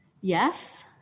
Yes